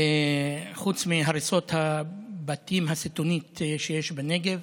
חוץ מהריסות הבתים הסיטוניות שיש בנגב,